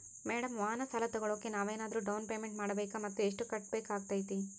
Madam ವಾಹನ ಸಾಲ ತೋಗೊಳೋಕೆ ನಾವೇನಾದರೂ ಡೌನ್ ಪೇಮೆಂಟ್ ಮಾಡಬೇಕಾ ಮತ್ತು ಎಷ್ಟು ಕಟ್ಬೇಕಾಗ್ತೈತೆ?